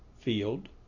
field